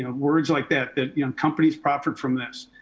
ah words like that. that companies profit from this.